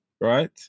right